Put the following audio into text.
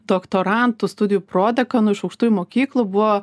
doktorantų studijų prodekanui iš aukštųjų mokyklų buvo